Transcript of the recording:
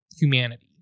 humanity